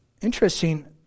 Interesting